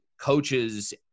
coaches